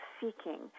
seeking